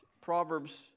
Proverbs